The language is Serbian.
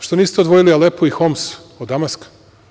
Što niste odvojili Alepu i Homs od Damaska?